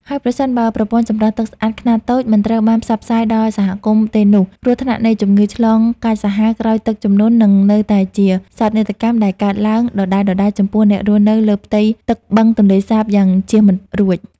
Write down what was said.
ហើយប្រសិនបើប្រព័ន្ធចម្រោះទឹកស្អាតខ្នាតតូចមិនត្រូវបានផ្សព្វផ្សាយដល់សហគមន៍ទេនោះ គ្រោះថ្នាក់នៃជំងឺឆ្លងកាចសាហាវក្រោយទឹកជំនន់នឹងនៅតែជាសោកនាដកម្មដែលកើតឡើងដដែលៗចំពោះអ្នករស់នៅលើផ្ទៃទឹកបឹងទន្លេសាបយ៉ាងជៀសមិនរួច។